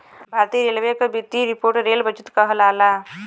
भारतीय रेलवे क वित्तीय रिपोर्ट रेल बजट कहलाला